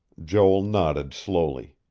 joel nodded slowly.